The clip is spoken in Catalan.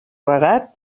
regat